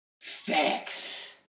Facts